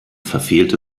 verfehlte